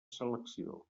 selecció